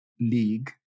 league